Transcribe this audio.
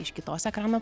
iš kitos ekrano